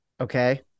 Okay